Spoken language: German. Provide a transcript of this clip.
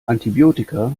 antibiotika